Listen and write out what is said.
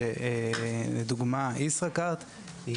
לדוגמה ישראכרט,